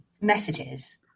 messages